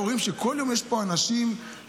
ורואים שכל יום יש פה אנשים שבאים,